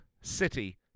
City